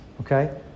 Okay